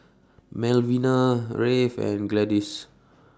Melvina Rafe and Gladys